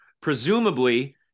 Presumably